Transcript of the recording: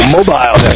mobile